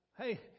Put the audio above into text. Hey